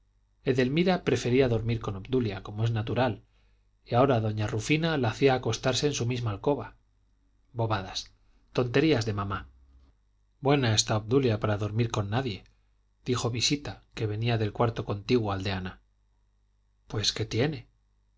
la galería edelmira prefería dormir con obdulia como es natural y ahora doña rufina la hacía acostarse en su misma alcoba bobadas tonterías de mamá buena está obdulia para dormir con nadie dijo visita que venía del cuarto contiguo al de ana pues qué tiene